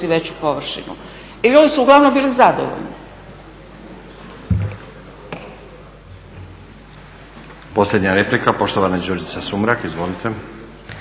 si veću površinu. I ljudi su uglavnom bili zadovoljni.